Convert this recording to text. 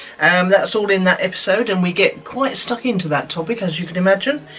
that's all in that episode, and we get quite stuck into that topic, as you can imagine.